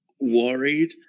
worried